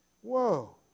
Whoa